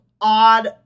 odd